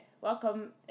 welcome